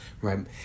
right